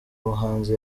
muhanzi